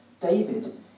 David